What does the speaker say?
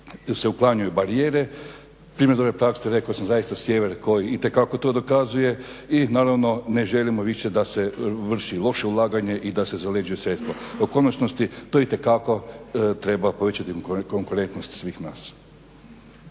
se uklanjaju barijere. Primjer dobre prakse rekao sam zaista sjever koji itekako to dokazuje i naravno ne želimo više da se vrši loše ulaganje i da se zaleđuju sredstvo. U konačnici to itekako treba povećati konkurentnost svih nas.